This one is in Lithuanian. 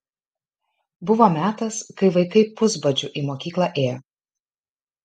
buvo metas kai vaikai pusbadžiu į mokyklą ėjo